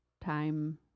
time